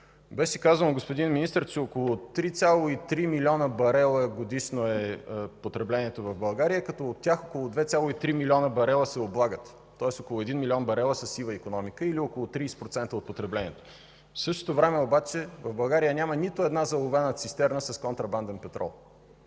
беше казано, господин Министър, че около 3,3 млн. барела годишно е потреблението в България, като от тях около 2,3 млн. барела се облагат, тоест около 1 млн. барела са сива икономика или около 30% от потреблението. В същото време обаче в България няма нито една заловена цистерна с контрабанден петрол,